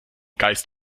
geist